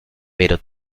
pero